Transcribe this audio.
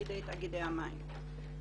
בידי תאגידי המים.